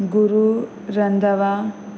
Guru Randhawa